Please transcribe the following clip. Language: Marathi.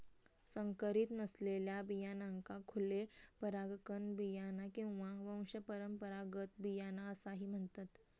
संकरीत नसलेल्या बियाण्यांका खुले परागकण बियाणा किंवा वंशपरंपरागत बियाणा असाही म्हणतत